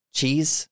Cheese